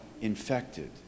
infected